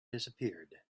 disappeared